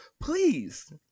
please